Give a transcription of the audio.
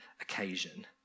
occasion